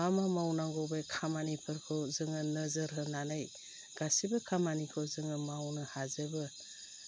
मा मा मावनांगौ बे खामानिफोरखौ जोङो नोजोर होनानै गासैबो खामानिखौ जोङो मावनो हाजोबो